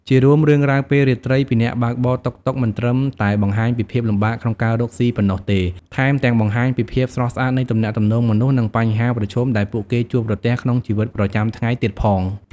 ជារួម រឿងរ៉ាវពេលរាត្រីពីអ្នកបើកបរតុកតុកមិនត្រឹមតែបង្ហាញពីភាពលំបាកក្នុងការរកស៊ីប៉ុណ្ណោះទេ ថែមទាំងបង្ហាញពីភាពស្រស់ស្អាតនៃទំនាក់ទំនងមនុស្ស និងបញ្ហាប្រឈមដែលពួកគេជួបប្រទះក្នុងជីវិតប្រចាំថ្ងៃទៀតផង។